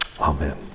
Amen